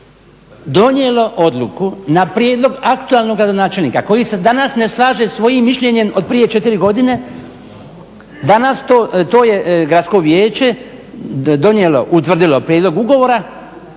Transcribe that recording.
donijelo odluku na prijedlog aktualnog gradonačelnika koji se danas ne slaže sa svojim mišljenjem od prije četiri godine, danas to je Gradsko vijeće donijelo, utvrdilo prijedlog ugovora